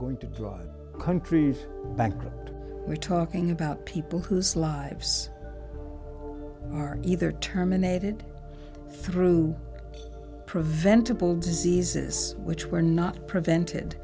going to plug countries back when we're talking about people whose lives are either terminated through preventable diseases which were not prevent